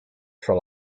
sri